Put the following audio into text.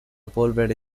polvere